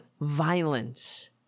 violence